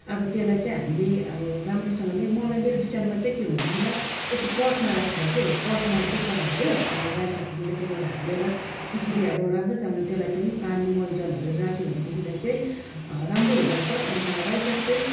अब त्यसलाई चाहिँ हामीले अब राम्रोसँगले मलाई मेरो विचारमा चाहिँ के भनेदेखिलाई यसो पटमा राखेर के हो पटमा एक एकवटा हाल्यो अब रायो सागको बिउलाई एक एकवटा हालेर त्यसरी अब राम्रोसँग त्यसलाई पनि पानी मलजलहरू राख्यो भनेदेखिलाई चाहिँ राम्रो हुँदोरहेछ हो अन्त रायो साग चाहिँ